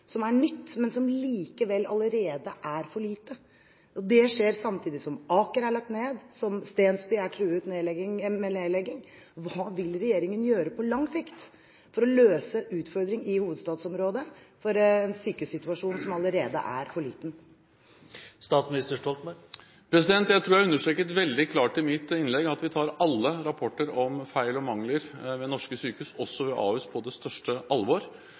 som er nytt, men som likevel allerede er for lite. Det skjer samtidig som Aker sykehus er lagt ned og Stensby sykehus er truet med nedlegging. Hva vil regjeringen gjøre på lang sikt for å løse utfordringen i hovedstadsområdet for en sykehussituasjon som allerede er for liten? Jeg tror jeg understreket veldig klart i mitt innlegg at vi tar alle rapporter om feil og mangler ved norske sykehus, også ved Ahus, på det største alvor.